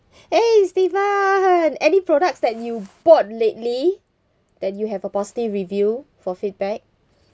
hey steven any products that you bought lately that you have a positive review for feedback